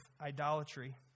idolatry